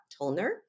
tolner